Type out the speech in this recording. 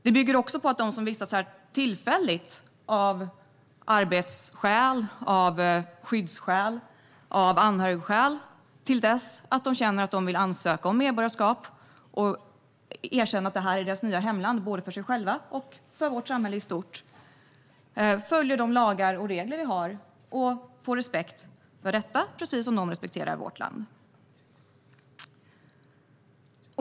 Det bygger också på att de som vistas här tillfälligt, av arbetsskäl, skyddsskäl eller anhörigskäl, till dess att de känner att de vill ansöka om medborgarskap och både för sig själva och för vårt samhälle i stort erkänna att detta är deras nya hemland, följer de lagar och regler vi har och får respekt för detta - precis som de respekterar vårt land.